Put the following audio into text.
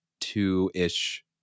two-ish